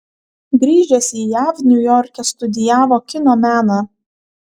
grįžęs į jav niujorke studijavo kino meną